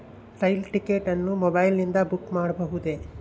ರೈಲು ticket ಅನ್ನು ಮೊಬೈಲಿಂದ book ಮಾಡಬಹುದೆ?